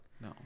no